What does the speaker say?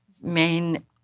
main